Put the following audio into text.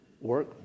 work